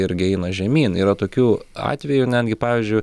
irgi eina žemyn yra tokių atvejų netgi pavyzdžiui